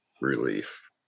relief